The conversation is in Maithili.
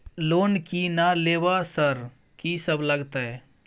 लोन की ना लेबय सर कि सब लगतै?